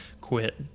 quit